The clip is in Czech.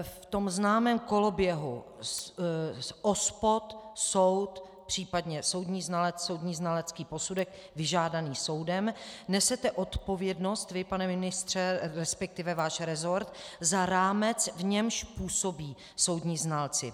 V tom známém koloběhu OSPOD soud případně soudní znalec soudní znalecký posudek vyžádaný soudem nesete odpovědnost vy, pane ministře, resp. váš rezort, za rámec, v němž působí soudní znalci.